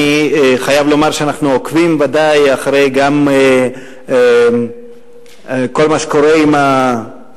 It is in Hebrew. אני חייב לומר שאנחנו עוקבים ודאי גם אחרי כל מה שקורה עם הבוגרים,